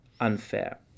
unfair